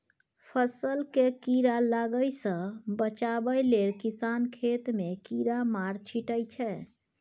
फसल केँ कीड़ा लागय सँ बचाबय लेल किसान खेत मे कीरामार छीटय छै